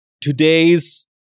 today's